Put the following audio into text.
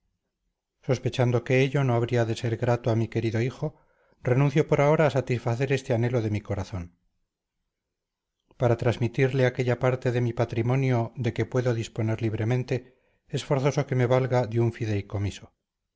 sospechando que ello no habría de ser grato a mi querido hijo renuncio por ahora a satisfacer este anhelo de mi corazón para transmitirle aquella parte de mi patrimonio de que puedo disponer libremente es forzoso que me valga de un fideicomiso